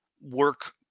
work